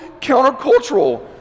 countercultural